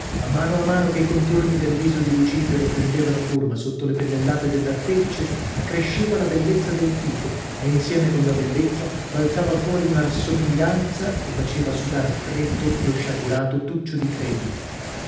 a mano a mano che i contorni del viso di lucifero prendevano forma sotto le pennellate dell'artefice cresceva la bellezza del tipo e insieme con la bellezza balzava fuori una rassomiglianza che faceva sudar freddo lo sciagurato taccio di credi